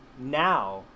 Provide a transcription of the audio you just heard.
Now